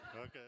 Okay